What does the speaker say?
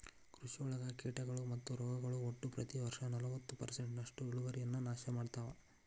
ಕೃಷಿಯೊಳಗ ಕೇಟಗಳು ಮತ್ತು ರೋಗಗಳು ಒಟ್ಟ ಪ್ರತಿ ವರ್ಷನಲವತ್ತು ಪರ್ಸೆಂಟ್ನಷ್ಟು ಇಳುವರಿಯನ್ನ ನಾಶ ಮಾಡ್ತಾವ